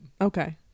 Okay